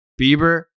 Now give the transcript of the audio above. Bieber